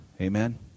Amen